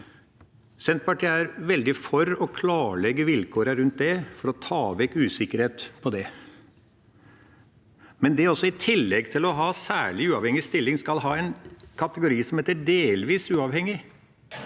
Senterpartiet er veldig for å klarlegge vilkårene rundt det for å ta vekk usikkerhet. Det at en i tillegg til å ha særlig uavhengig stilling skal ha en kategori som heter «delvis uavhengig»,